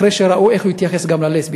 אחרי שראו איך הוא התייחס גם ללסבית.